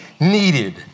needed